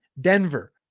Denver